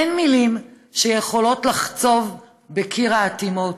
אין מילים שיכולות לחצוב בקיר האטימות.